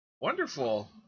Wonderful